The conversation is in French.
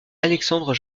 alexandre